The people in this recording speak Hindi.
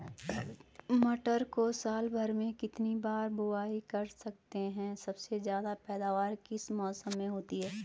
मटर को साल भर में कितनी बार बुआई कर सकते हैं सबसे ज़्यादा पैदावार किस मौसम में होती है?